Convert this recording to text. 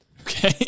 Okay